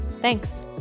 Thanks